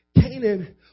Canaan